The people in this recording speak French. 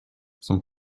son